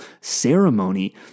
ceremony